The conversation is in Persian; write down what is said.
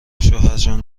شوهرجان